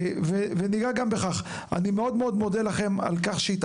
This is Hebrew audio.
אני מאוד מאוד מודה לכם על כך שהגעתם,